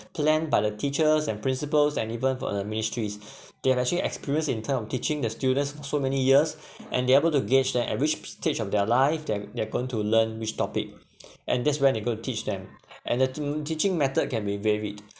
plan by the teachers and principals and even from the ministries they have actually experienced in terms of teaching the students so many years and they able to guess that every s~ stage of their life they're they're going to learn which topic and that's when they go to teach them and the teaching method can be varied